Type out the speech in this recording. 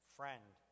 friend